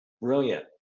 Brilliant